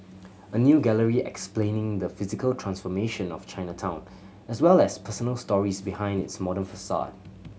a new gallery explaining the physical transformation of Chinatown as well as personal stories behind its modern facade